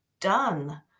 done